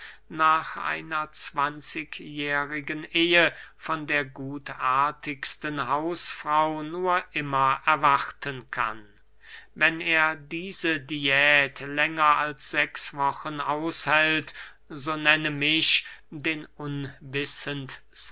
nach einer zwanzigjährigen ehe von der gutartigsten hausfrau nur immer erwarten kann wenn er diese diät länger als sechs wochen aushält so nenne mich den